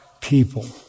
people